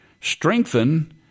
strengthen